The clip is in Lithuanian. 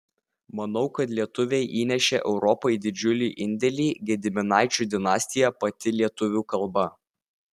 manau kad lietuviai įnešė europai didžiulį indėlį gediminaičių dinastija pati lietuvių kalba